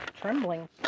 Trembling